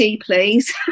please